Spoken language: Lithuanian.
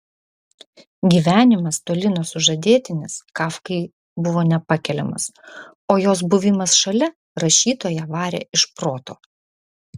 gyvenimas toli nuo sužadėtinės kafkai buvo nepakeliamas o jos buvimas šalia rašytoją varė iš proto